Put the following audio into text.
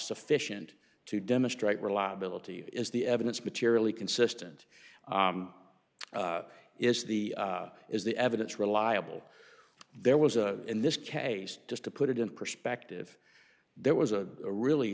sufficient to demonstrate reliability is the evidence materially consistent is the is the evidence reliable there was a in this case just to put it in perspective there was a really